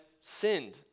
sinned